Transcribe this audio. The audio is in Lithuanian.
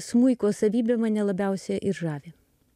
smuiko savybė mane labiausiai ir žavi